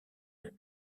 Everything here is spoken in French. même